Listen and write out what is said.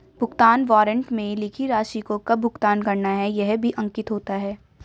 भुगतान वारन्ट में लिखी राशि को कब भुगतान करना है यह भी अंकित होता है